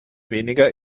weniger